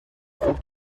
خوب